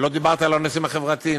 ולא דיברתי על הנושאים החברתיים,